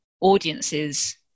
audiences